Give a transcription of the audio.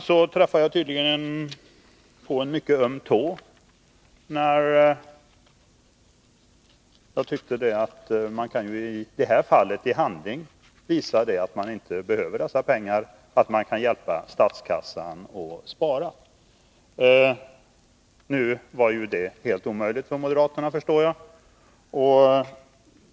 Jag träffade tydligen en mycket öm tå när jag sade att moderaterna ju i handling kan visa att de inte behöver pengarna och att de kan spara pengar åt statskassan genom att inte ta ut höjningen. Det var helt omöjligt för moderaterna, förstår jag.